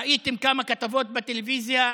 ראיתם כמה כתבות בטלוויזיה,